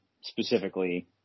specifically